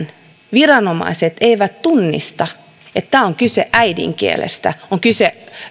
viranomaiset eivät tunnista että tässä on kyse äidinkielestä on kyse